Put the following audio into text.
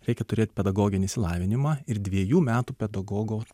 reikia turėt pedagoginį išsilavinimą ir dviejų metų pedagogo